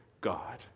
God